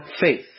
faith